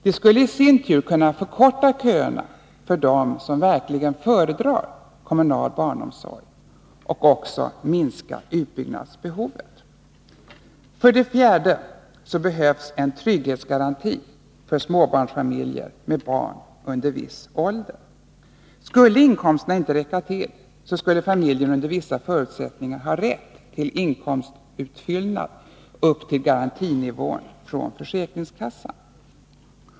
Detta skulle i sin tur kunna förkorta köerna för dem som föredrar kommunal barnomsorg och också minska utbyggnadsbehovet. För det fjärde behövs det en trygghetsgaranti för småbarnsfamiljer med barn under viss ålder. Skulle inkomsterna inte räcka till skulle familjen under vissa förutsättningar ha rätt till inkomstutfyllnad upp till garantinivån från försäkringskassan.